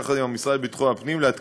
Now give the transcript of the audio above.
יחד עם המשרד לביטחון הפנים,